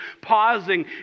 pausing